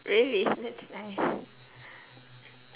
really that's nice